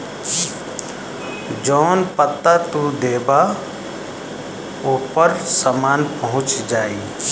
जौन पता तू देबा ओपर सामान पहुंच जाई